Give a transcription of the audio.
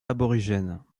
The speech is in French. aborigènes